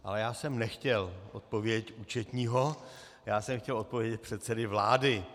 Ale já jsem nechtěl odpověď účetního, já jsem chtěl odpověď předsedy vlády.